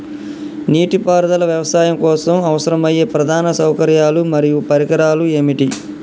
నీటిపారుదల వ్యవసాయం కోసం అవసరమయ్యే ప్రధాన సౌకర్యాలు మరియు పరికరాలు ఏమిటి?